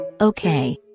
Okay